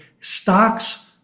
Stocks